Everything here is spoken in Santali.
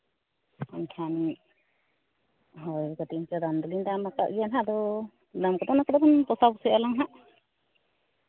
ᱮᱱᱠᱷᱟᱱ ᱦᱳᱭ ᱠᱟᱹᱴᱤᱡ ᱫᱚ ᱦᱟᱸᱜ ᱫᱟᱢ ᱫᱚᱞᱤᱧ ᱫᱟᱢ ᱠᱟᱜ ᱜᱮᱭᱟ ᱦᱟᱸᱜ ᱟᱫᱚ ᱫᱟᱢ ᱠᱚᱫᱚ ᱯᱚᱥᱟ ᱯᱚᱥᱤᱜ ᱟᱞᱟᱝ ᱦᱟᱸᱜ